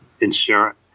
insurance